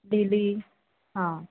lily हां